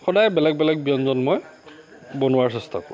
সদায় বেলেগ বেলেগ ব্যঞ্জন মই বনোৱাৰ চেষ্টা কৰোঁ